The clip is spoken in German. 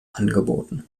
angeboten